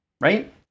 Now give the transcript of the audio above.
right